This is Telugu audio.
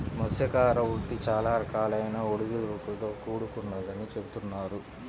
మత్స్యకార వృత్తి చాలా రకాలైన ఒడిదుడుకులతో కూడుకొన్నదని చెబుతున్నారు